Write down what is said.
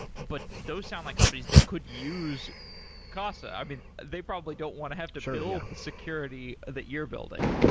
but those sound like companies that could use casa. i mean, they probably don't want to have to sort of build the security that you're building.